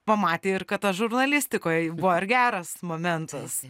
pamatė ir kad aš žurnalistikoj buvo ir geras momentas